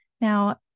Now